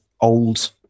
old